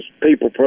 people